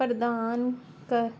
ਪ੍ਰਦਾਨ ਕ